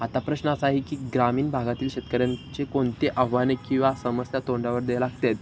आता प्रश्न असा आहे की ग्रामीण भागातील शेतकऱ्यांचे कोणते आव्हाने किंवा समस्या तोंडावर द्या लागतात